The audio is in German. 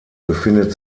befindet